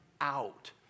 out